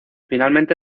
finalmente